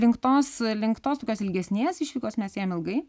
link tos link tos tokios ilgesnės išvykos mes ėjom ilgai